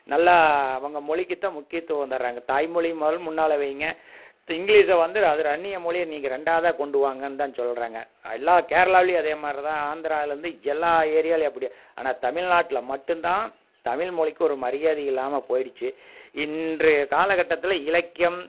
நல்லா அவங்க மொழிக்குத்தான் முக்கியத்துவம் தர்றாங்க தாய்மொழி முதல்ல முன்னால் வைங்க இங்கிலீஷை வந்து அது அந்நியமொழியை நீங்கள் ரெண்டாவதாக கொண்டுவாங்கன்னு தான் சொல்றாங்க எல்லா கேரளாவுலேயும் அதேமாதிரி தான் ஆந்திராலேந்து எல்லா ஏரியாவுலேயும் அப்படி ஆனால் தமிழ்நாட்டுல மட்டும்தான் தமிழ்மொழிக்கு ஒரு மரியாதை இல்லாமல் போய்டுச்சு இன்றைய காலகட்டத்தில் இலக்கியம்